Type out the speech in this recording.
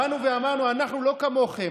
באנו ואמרנו: אנחנו לא כמוכם,